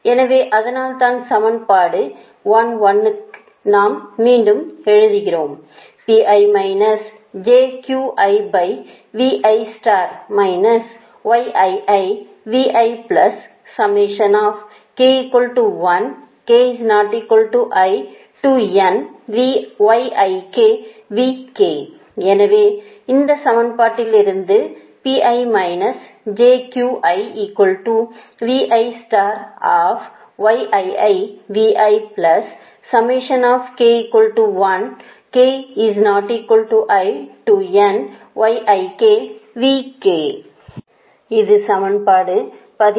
எனவே அதனால்தான் சமன்பாடு 11 ஐ நாம் மீண்டும் எழுதுகிறோம் எனவே இந்த சமன்பாட்டிலிருந்து மட்டும் இது சமன்பாடு 13